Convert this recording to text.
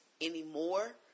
anymore